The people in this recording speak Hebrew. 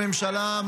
ממשלה,